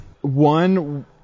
one